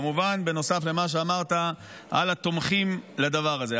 כמובן נוסף למה שאמרת על התומכים בדבר הזה.